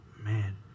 Man